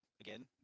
again